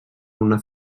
una